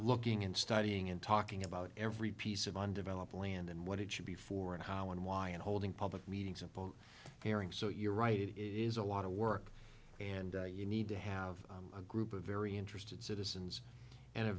looking and studying and talking about every piece of undeveloped land and what it should be for and how and why and holding public meetings about sharing so you're right it is a lot of work and you need to have a group of very interested citizens and a